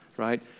right